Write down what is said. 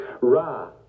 ra